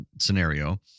scenario